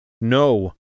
no